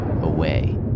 away